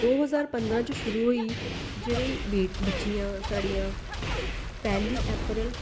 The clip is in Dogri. दो हजार पंदरा च शुरू होई जेह्ड़ी बेट बच्चियां साढ़ियां पैह्ली अप्रैल